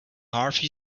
hearty